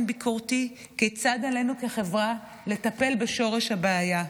ביקורתי כיצד עלינו כחברה לטפל בשורש הבעיה.